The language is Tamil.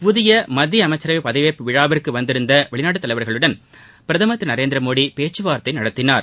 புதிய மத்திய அமைச்சரவை பதவியேற்பு விழாவிற்கு வந்திருந்த வெளிநாட்டு தலைவர்களுடன் பிரதமர் திரு நரேந்திரமோடி பேச்சுவார்த்தை நடத்தினார்